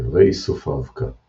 איברי איסוף האבקה –